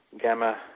Gamma